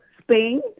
Spain